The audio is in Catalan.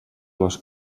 les